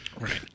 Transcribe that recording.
Right